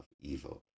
evil